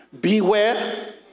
beware